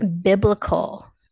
biblical